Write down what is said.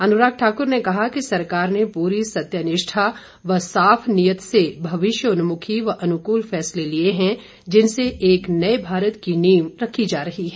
अनुराग ठाकुर ने कहा कि सरकार ने पूरी सत्यनिष्ठा व साफ नीयत से भविष्योन्मुखी व अनुकूल फैसले लिए हैं जिनसे एक नए भारत की नीव रखी जा रही है